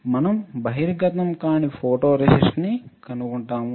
మనం బహిర్గతం కానీ ఫోటోరేసిస్ట్ని కనుగొంటాము